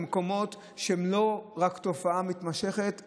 במקומות שבהם זו לא רק תופעה מתמשכת,